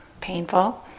Painful